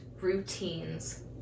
routines